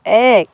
এক